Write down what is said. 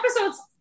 episodes